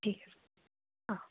ঠিক আছে অ'